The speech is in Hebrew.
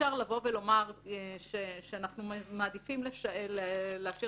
אי-אפשר לבוא ולומר שאנחנו מעדיפים להשאיר